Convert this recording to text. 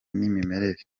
n’imirire